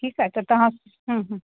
ठीकु आहे त तव्हां हम्म हम्म